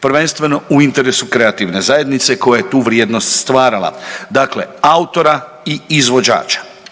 Prvenstveno u interesu kreativne zajednice koja je tu vrijednost stvarala, dakle autora i izvođača,